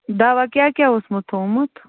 دَوا کیٛاہ کیٛاہ اوسمو تھوٚمُت